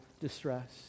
distress